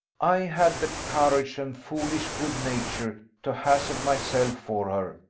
i had the courage and foolish good-nature to hazard myself for her,